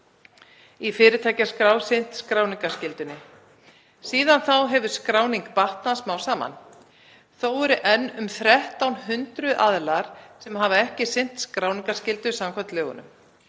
í fyrirtækjaskrá sinnt skráningarskyldunni. Síðan þá hefur skráning batnað smám saman. Þó eru enn um 1300 aðilar sem hafa ekki sinnt skráningarskyldu samkvæmt lögunum